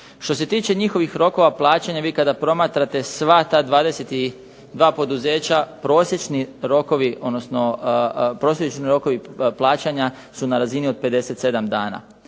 Što se tiče njihovih rokova plaćanja vi kada promatrate sva ta 22 poduzeća prosječni rokovi, odnosno prosječni rokovi plaćanja su na razini od 57 dana.